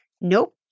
nope